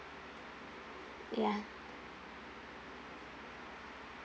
ya